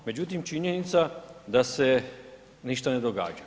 Međutim, činjenica da se ništa ne događa.